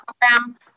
program